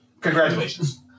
congratulations